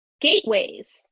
gateways